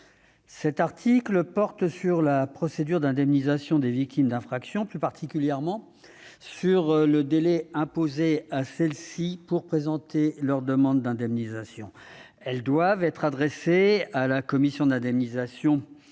Cet article porte sur la procédure d'indemnisation des victimes d'infraction, plus particulièrement sur le délai imposé à celles-ci pour présenter leur demande d'indemnisation, laquelle doit être adressée à la commission d'indemnisation des